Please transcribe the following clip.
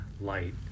light